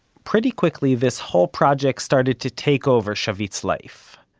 pretty quickly this whole project started to take over shavit's life.